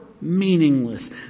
meaningless